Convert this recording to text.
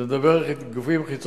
כשאני מדבר על גופים חיצוניים,